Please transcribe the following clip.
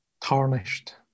tarnished